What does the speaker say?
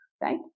right